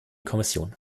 kommission